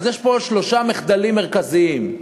אז יש פה שלושה מחדלים מרכזיים.